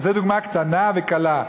זו דוגמה קטנה וקלה.